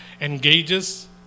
engages